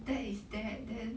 that is that then